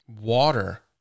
water